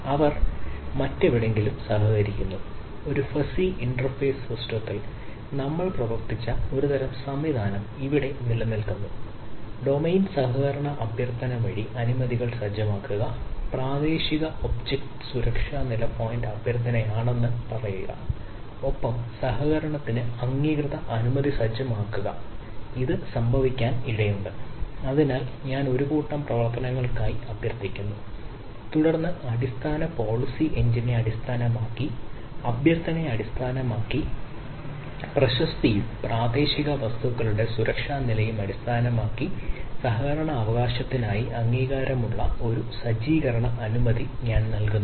അവർ മറ്റെവിടെയെങ്കിലും സഹകരിക്കുന്നു ഒരു ഫസ്സി ഇന്റർഫേസ് സിസ്റ്റത്തിൽ അടിസ്ഥാനമാക്കി അഭ്യർത്ഥനയെ അടിസ്ഥാനമാക്കി പ്രശസ്തിയും പ്രാദേശിക വസ്തുക്കളുടെ സുരക്ഷാ നിലയും അടിസ്ഥാനമാക്കി സഹകരണ അവകാശത്തിനായി അംഗീകാരമുള്ള ഒരു സജ്ജീകരണ അനുമതി ഞാൻ നൽകുന്നു